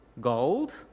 gold